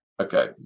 Okay